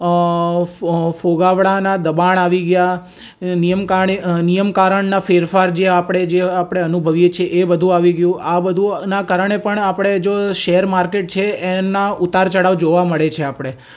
અ ફુ ફુગાવાના દબાણ આવી ગયા નિયમ કાણે નિયમ કારણના ફેરફાર જે આપણે જે આપણે અનુભવીએ છીએ એ બધું આવી ગયું આ બધું આનાં કારણે પણ આપણે જો શેર માર્કેટ છે એના ઉતાર ચઢાવ જોવા મળે છે આપણે